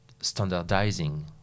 standardizing